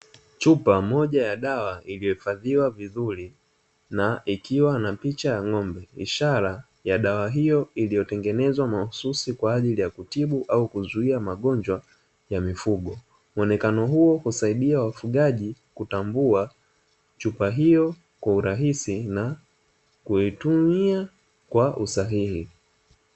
Chupa moja ya dawa iliyohifadhiwa vizuri na ikiwa na picha ya ng'ombe ishara ya dawa hiyo iliyotengenezwa mahususi kwa ajili ya kutibu au kuzuia magonywa ya mifugo, muonekano huu husaidia wafugaji kutambua chupa hiyo kwa urahisi na kuitumia kwa usahihi.